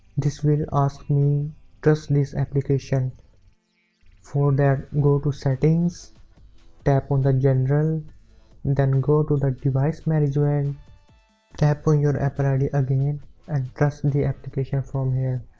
this will ask me trust this application for that go to settings tap on the general then go to the device management tap on your apple id again and trust the application form here.